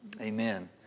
Amen